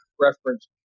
reference